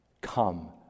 Come